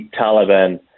Taliban